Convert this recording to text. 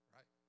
Right